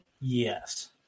Yes